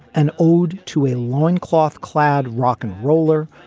an ode to a loincloth clad rock and roller,